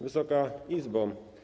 Wysoka Izbo!